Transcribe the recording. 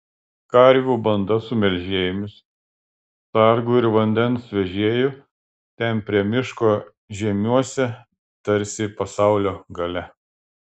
karvių banda su melžėjomis sargu ir vandens vežėju ten prie miško žiemiuose tarsi pasaulio gale